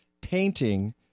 painting